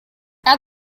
add